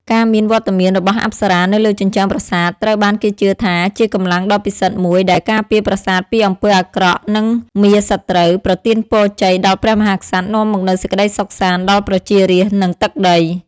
ការមានវត្តមានរបស់អប្សរានៅលើជញ្ជាំងប្រាសាទ ត្រូវបានគេជឿថាជាកម្លាំងដ៏ពិសិដ្ឋមួយដែល ការពារប្រាសាទពីអំពើអាក្រក់ និងមារសត្រូវ ប្រទានពរជ័យដល់ព្រះមហាក្សត្រ នាំមកនូវសេចក្តីសុខសាន្តដល់ប្រជារាស្ត្រ និងទឹកដី។